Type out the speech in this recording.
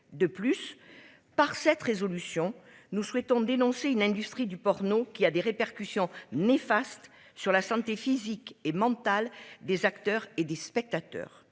de plus. Par cette résolution nous souhaitons dénoncer une industrie du porno qui a des répercussions néfastes sur la santé physique et mentale des acteurs et des spectateurs.